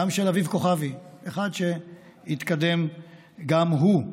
גם של אביב כוכבי, אחד שהתקדם גם הוא.